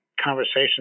conversation